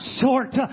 short